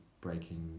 breaking